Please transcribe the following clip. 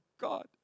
god